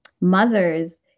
mothers